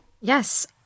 Yes